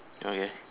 okay